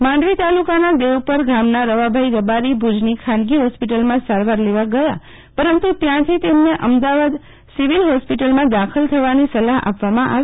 માંડવી તાલુકાના દેવપરગઢશીશા ગામના રવાભાઈ રબારી ભુજનીખાનગી હોસ્પિટલમાં સારવાર લેવા ગયા પરંતુ ત્યાંથી તેમને અમદાવાદ સિવિલહોસ્પિટલમાં દાખલ થવાની સલાહ આપવામાં આવી